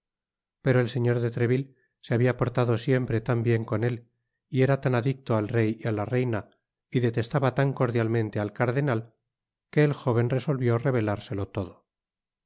pero el señor de treville se habia portado siempre tan bien con él y era tan adicto al rey y á la reina y detestaba tan cordialmente al cardenal que el jóven resolvió revelárselo todo